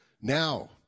Now